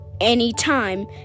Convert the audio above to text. anytime